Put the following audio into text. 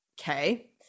okay